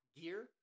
gear